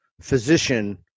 physician